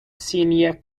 senior